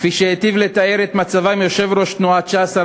כפי שהיטיב לתאר את מצבם יושב-ראש תנועת ש"ס,